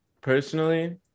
personally